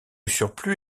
surplus